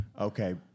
Okay